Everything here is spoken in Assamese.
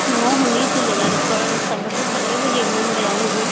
মই শুনিছোঁ জেগাডোখৰ চাবলৈ ভালে বুলি ইমান বেয়া নহয়